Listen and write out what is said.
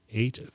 eight